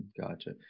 Gotcha